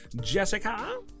Jessica